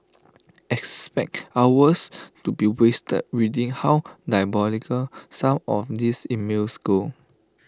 expect hours to be wasted reading how diabolical some of these emails go